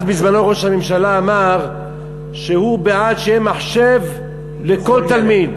אז בזמנו ראש הממשלה אמר שהוא בעד שיהיה מחשב לכל תלמיד.